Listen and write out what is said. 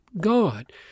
God